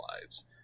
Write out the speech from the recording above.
lives